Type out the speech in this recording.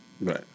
Right